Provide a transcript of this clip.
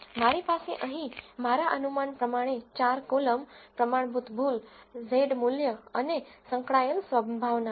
મારી પાસે અહીં મારા અનુમાન પ્રમાણે 4 કોલમ પ્રમાણભૂત ભૂલ z મૂલ્ય અને સંકળાયેલ પ્રોબેબ્લીટી છે